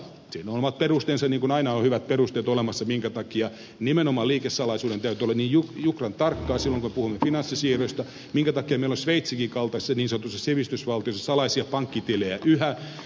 siihen on omat perusteensa niin kun aina on hyvät perusteet olemassa minkä takia nimenomaan liikesalaisuuden täytyy olla niin jukran tarkka silloin kun puhumme finanssisiirroista minkä takia meillä on sveitsinkin kaltaisessa niin sanotussa sivistysvaltiossa salaisia pankkitilejä yhä